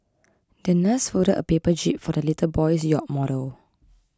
the nurse folded a paper jib for the little boy's yacht model